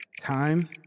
Time